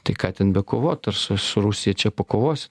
tai ką ten bekovot ar su su rusija čia pakovosi